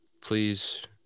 please